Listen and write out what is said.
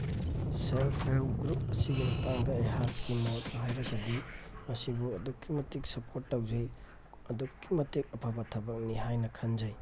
self help group ꯑꯁꯤꯒꯤ ꯃꯇꯥꯡꯗ ꯑꯩꯍꯥꯛꯀꯤ ꯃꯣꯠ ꯍꯥꯏꯔꯒꯗꯤ ꯃꯁꯤꯕꯨ ꯑꯗꯨꯛꯀꯤ ꯃꯇꯤꯛ ꯁꯞꯄꯣꯔꯠ ꯇꯧꯖꯩ ꯑꯗꯨꯛꯀꯤ ꯃꯇꯤꯛ ꯑꯐꯕ ꯊꯕꯛꯅꯤ ꯍꯥꯏꯅ ꯈꯟꯖꯩ